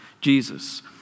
Jesus